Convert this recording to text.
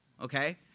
okay